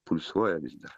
pulsuoja lizde